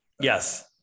yes